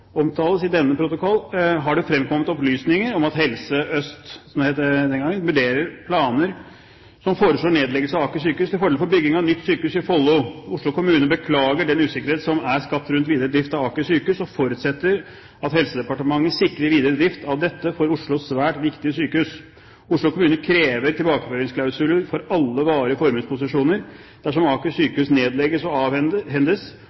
denne protokoll, har det fremkommet opplysninger om at Helse Øst RHF» – som det het den gangen – «vurderer planer som foreslår nedleggelse av Aker sykehus til fordel for bygging av nytt sykehus i Follo. Oslo kommune beklager den usikkerhet som er skapt rundt videre drift av Aker sykehus og forutsetter at Helsedepartementet sikrer videre drift av dette for Oslo svært viktige sykehus. Oslo kommune krever tilbakeføringsklausuler for alle varige formuesposisjoner. Dersom Aker